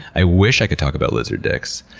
i wish i could talk about lizard dicks.